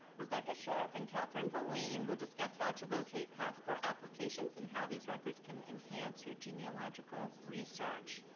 rebecca sharp and katherine vollen will discuss how to locate passport applications and how these records can enhance your genealogical research.